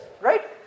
Right